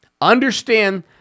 understand